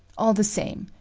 all the same,